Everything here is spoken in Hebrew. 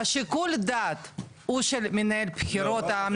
שיקול הדעת זה של מנהל הבחירות המקומי?